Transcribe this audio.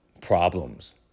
problems